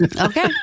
Okay